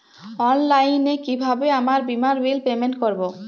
অনলাইনে কিভাবে আমার বীমার বিল পেমেন্ট করবো?